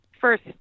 first